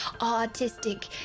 artistic